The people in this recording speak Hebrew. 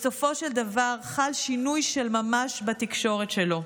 בסופו של דבר חל שינוי של ממש בתקשורת שלו.